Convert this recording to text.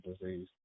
disease